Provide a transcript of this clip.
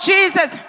Jesus